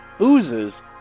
Oozes